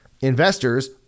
investors